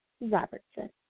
Robertson